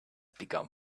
become